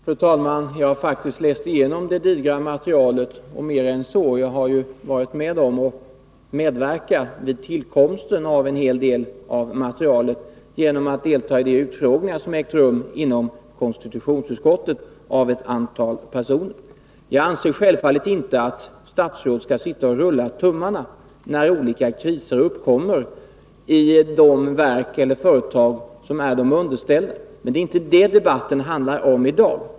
Fru talman! Jag har faktiskt läst igenom det digra materialet och mer än så. Jag har ju varit med om och medverkat vid tillkomsten av en hel del av materialet genom att delta i de utfrågningar som ägt rum inom konstitutionsutskottet. Jag anser självfallet inte att statsråden skall sitta och rulla tummarna när olika kriser uppkommer i de verk och företag som är dem underställda. Det är inte det debatten handlar om i dag.